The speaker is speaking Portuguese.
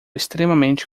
extremamente